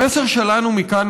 המסר שלנו מכאן,